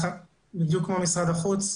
בדיוק כמו משרד החוץ,